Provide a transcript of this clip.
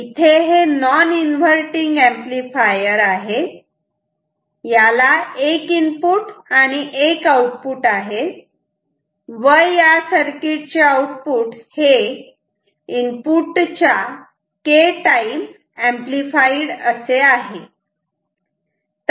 इथे हे non inverting amplifier amplifier आहे याला एक इनपुट आणि एक आउटपुट आहे व या सर्किट चे आउटपुट हे इनपुट च्या K टाईम एंपलीफाईड असे आहे